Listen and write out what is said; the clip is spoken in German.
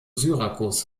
syrakus